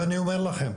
אני אומר לכם,